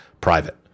private